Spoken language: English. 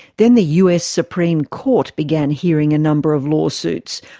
then the us supreme court began hearing a number of law suits,